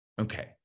Okay